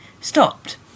stopped